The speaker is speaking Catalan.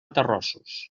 terrossos